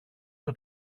στο